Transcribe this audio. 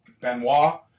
Benoit